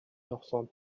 noson